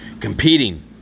Competing